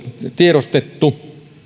tiedostettu